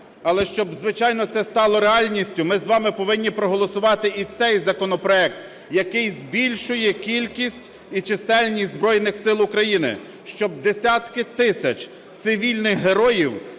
Але щоб, звичайно, це стало реальністю, ми з вами повинні проголосувати і цей законопроект, який збільшує кількість і чисельність Збройних Сил України, щоб десятки тисяч цивільних героїв